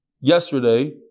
yesterday